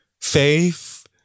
faith